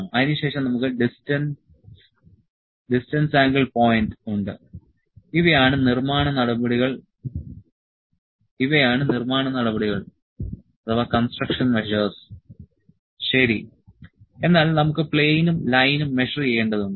അതിനുശേഷം നമുക്ക് distance angle point ഉണ്ട് ഇവയാണ് നിർമ്മാണ നടപടികൾ ശരി എന്നാൽ നമുക്ക് പ്ലെയിനും ലൈനും മെഷർ ചെയ്യേണ്ടതുണ്ട്